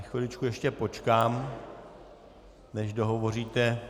Chviličku ještě počkám, než dohovoříte.